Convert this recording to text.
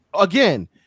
again